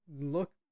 look